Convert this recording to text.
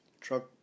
truck